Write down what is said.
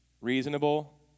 reasonable